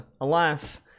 alas